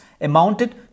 amounted